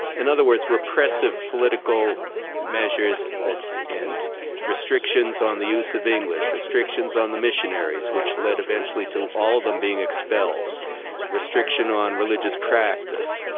in other words, repressive political measures and restrictions on the use of english, restrictions on the missionaries which led eventually to all of them being expelled restriction on religious practice.